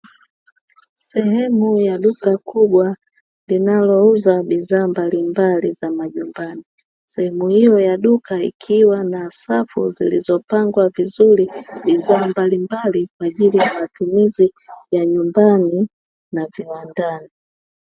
Sehemu ya duka kubwa linalouza bidhaa mbalimbali za majumbani. Sehemu hiyo ya duka ikiwa na safu zilizopangwa vizuri bidhaa mbalimbali kwa ajili ya matumizi ya nyumbani na viwandani.